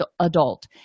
adult